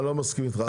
אני לא מסכים איתך.